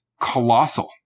Colossal